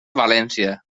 valència